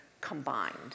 combined